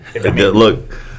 Look